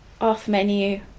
off-menu